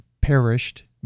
perished